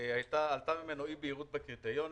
עלתה ממנו אי בהירות בקריטריונים,